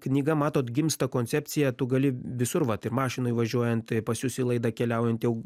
knyga matot gimsta koncepcija tu gali visur vat ir mašinoj važiuojant pas jus į laidą keliaujant jau